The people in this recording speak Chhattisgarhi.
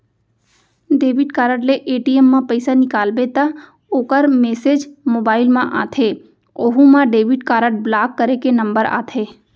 डेबिट कारड ले ए.टी.एम म पइसा निकालबे त ओकर मेसेज मोबाइल म आथे ओहू म डेबिट कारड ब्लाक करे के नंबर आथे